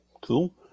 Cool